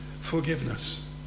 forgiveness